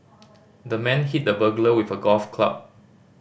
the man hit the burglar with a golf club